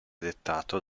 dettato